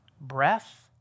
breath